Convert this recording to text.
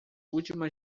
última